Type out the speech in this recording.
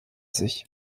sich